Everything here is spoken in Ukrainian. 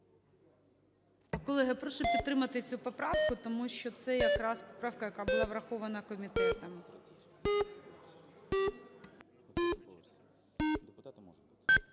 Колеги, я прошу підтримати цю поправку, тому що це якраз поправка, яка була врахована комітетом.